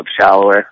shallower